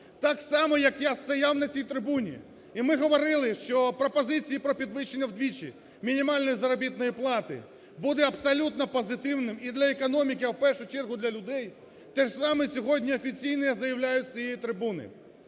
Так само, як я стояв на цій трибуні, і ми говорили, що пропозиції про підвищення вдвічі мінімальної заробітної плати буде абсолютно позитивним і для економіки, а в першу чергу для людей, те ж саме сьогодні офіційно я заявляю з цієї трибуни: